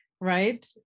right